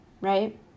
right